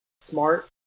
smart